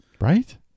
Right